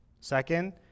Second